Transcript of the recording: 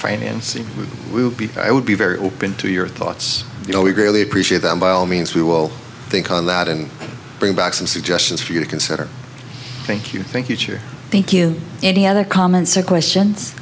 financing i would be very open to your thoughts you know we greatly appreciate them by all means we will think on that and bring back some suggestions for you to consider thank you thank you thank you any other comments and questions